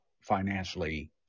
financially